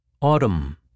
Autumn